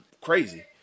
crazy